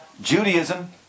Judaism